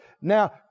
Now